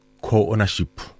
co-ownership